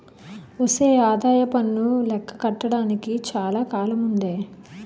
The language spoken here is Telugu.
ఒసే ఆదాయప్పన్ను లెక్క కట్టడానికి చాలా కాలముందే